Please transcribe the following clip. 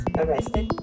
arrested